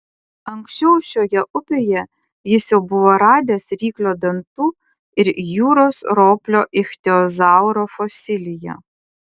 anksčiau šioje upėje jis jau buvo radęs ryklio dantų ir jūros roplio ichtiozauro fosiliją